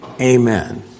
Amen